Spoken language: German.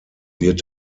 wird